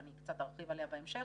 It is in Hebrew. ואני קצת ארחיב עליה בהמשך,